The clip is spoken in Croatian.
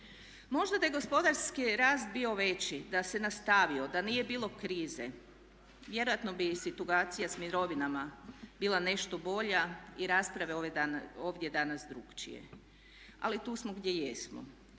Možda da je gospodarski rasta bio veći, da se nastavio, da nije bilo krize vjerojatno bi i situacija s mirovinama bila nešto bolja i rasprave ovdje danas drukčije. Ali tu smo gdje jesmo